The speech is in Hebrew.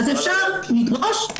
אז אפשר לדרוש,